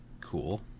cool